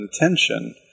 intention